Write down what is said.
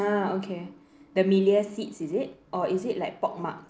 ah okay the Melia seats is it or is it like